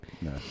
no